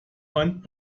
und